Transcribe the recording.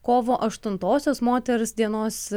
kovo aštuntosios moters dienos